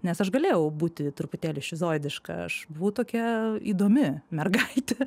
nes aš galėjau būti truputėlį šizoidiška aš tokia įdomi mergaitė